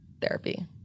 therapy